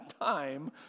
time